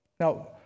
Now